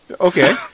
Okay